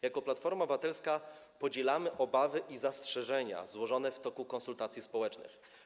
Jako Platforma Obywatelska podzielamy obawy i zastrzeżenia przedłożone w toku konsultacji społecznych.